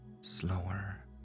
slower